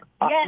Yes